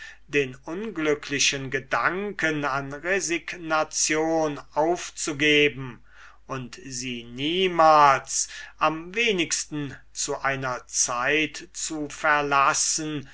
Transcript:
den unglücklichen gedanken an resignation aufzugeben und sie niemals am wenigsten zu einer zeit zu verlassen